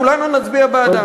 כולנו נצביע בעדה.